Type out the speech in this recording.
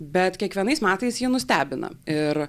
bet kiekvienais metais ji nustebina ir